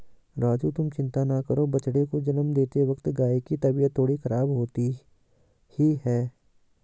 राजू तुम चिंता ना करो बछड़े को जन्म देते वक्त गाय की तबीयत थोड़ी खराब होती ही है